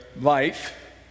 life